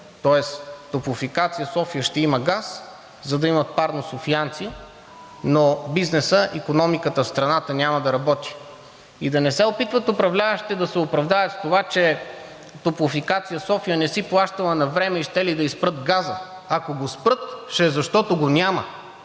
Тоест „Топлофикация София“ ще има газ, за да имат парно софиянци, но бизнесът – икономиката в страната, няма да работи. И да не се опитват управляващите да се оправдаят с това, че „Топлофикация София“ не си плащала навреме и щели да ѝ спрат газа. Ако го спрат, ще е, защото го няма.